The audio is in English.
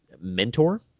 mentor